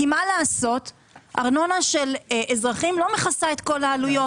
כי ארנונה של אזרחים לא מכסה את כל העלויות